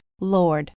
Lord